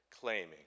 claiming